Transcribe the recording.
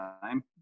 time